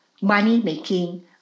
money-making